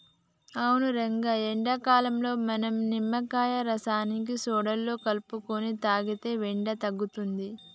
అవును రంగయ్య ఎండాకాలంలో మనం నిమ్మకాయ రసాన్ని సోడాలో కలుపుకొని తాగితే వేడి తగ్గుతుంది